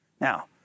Now